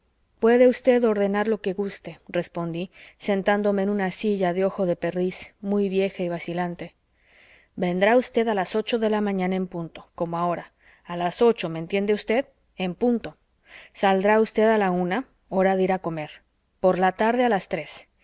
puede usted ordenar lo que guste respondí sentándome en una silla de ojo de perdiz muy vieja y vacilante vendrá usted a las ocho de la mañana en punto como ahora a las ocho me entiende usted en punto saldrá usted a la una hora de ir a comer por la tarde a las tres